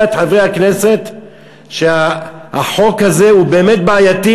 את חברי הכנסת שהחוק הזה הוא באמת בעייתי.